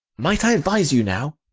might i advise you now,